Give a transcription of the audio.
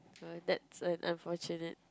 oh that's an unfortunate